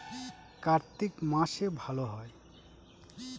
কার্তিক মাসে ভালো হয়?